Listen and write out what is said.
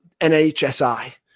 NHSI